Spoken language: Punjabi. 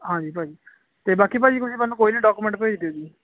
ਹਾਂਜੀ ਭਾਜੀ ਅਤੇ ਬਾਕੀ ਭਾਜੀ ਤੁਸੀਂ ਮੈਨੂੰ ਕੋਈ ਨਹੀਂ ਮੈਨੂੰ ਡੋਕੂਮੈਂਟ ਭੇਜ ਦਿਓ ਜੀ